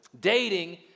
Dating